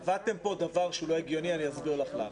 קבעתם דבר לא הגיוני, ואסביר לך למה.